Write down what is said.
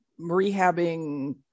rehabbing